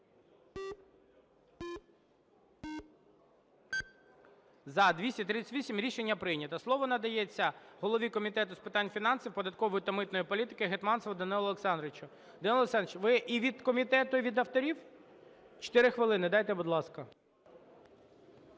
За-238 Рішення прийнято. Слово надається голові Комітету з питань фінансів, податкової та митної політики Гетманцеву Данилу Олександровичу. Данило Олександрович, ви і від комітету і від авторів? 4 хвилини дайте, будь ласка.